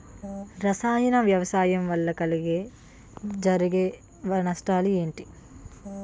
రసాయన వ్యవసాయం వల్ల జరిగే నష్టాలు ఏంటి?